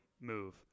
move